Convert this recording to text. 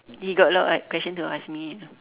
he got a lot of question to ask me